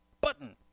Button